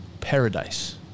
Paradise